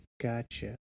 Gotcha